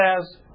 says